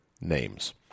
names